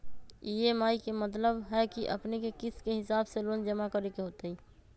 EMI के मतलब है कि अपने के किस्त के हिसाब से लोन जमा करे के होतेई?